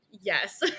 yes